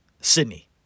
Sydney